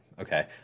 Okay